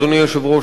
אדוני היושב-ראש,